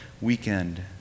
weekend